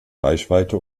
reichweite